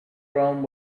rome